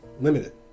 limited